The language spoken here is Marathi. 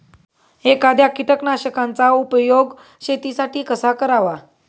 एखाद्या कीटकनाशकांचा उपयोग शेतीसाठी कसा करावा?